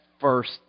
first